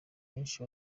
benshi